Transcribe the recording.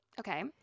Okay